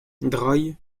drei